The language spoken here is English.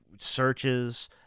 searches